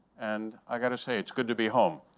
and i've got to say, it's good to be home.